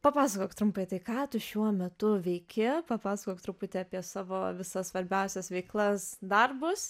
papasakok trumpai tai ką tu šiuo metu veiki papasakok truputį apie savo visas svarbiausias veiklas darbus